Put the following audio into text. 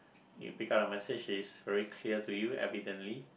you pick up the message is very clear to you evidently